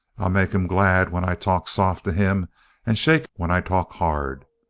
i'll make him glad when i talk soft to him and shake when i talk hard.